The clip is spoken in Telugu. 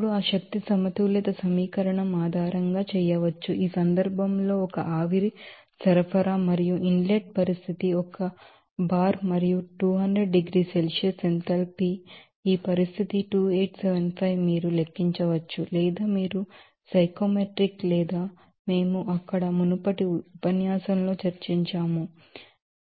ఇప్పుడు ఆ ఎనర్జీ బాలన్స్ ఈక్వేషన్ ఆధారంగా చేయవచ్చు ఈ సందర్భంలో ఒక ఆవిరి సరఫరా మరియు ఇన్లెట్ పరిస్థితి ఒక బార్ మరియు 200 డిగ్రీల సెల్సియస్ ఎంథాల్పీ ఈ పరిస్థితి 2875 మీరు లెక్కించవచ్చు లేదా మీరు సైకోమెట్రిక్స్ లేదా మేము అక్కడ మునుపటి ఉపన్యాసంలో చర్చించారు తెలుసు అని మీ నుండి